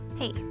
Hey